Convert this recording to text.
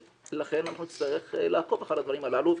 ולכן אנחנו נצטרך לעקוב אחר הדברים הללו.